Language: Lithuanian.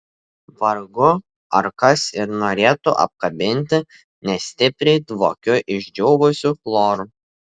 vargu ar kas ir norėtų apkabinti nes stipriai dvokiu išdžiūvusiu chloru